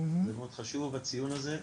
זה מאוד חשוב הציון הזה,